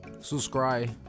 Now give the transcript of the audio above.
Subscribe